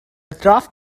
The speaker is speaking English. draft